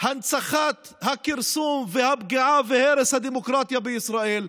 הנצחת הכרסום והפגיעה והרס הדמוקרטיה בישראל,